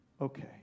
Okay